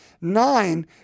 nine